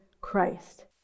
Christ